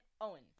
Owen